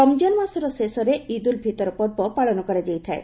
ରମ୍ଜାନ ମାସର ଶେଷରେ ଇଦ୍ ଉଲ୍ ଫିତର ପର୍ବ ପାଳନ କରାଯାଇଥାଏ